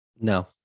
No